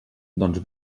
doncs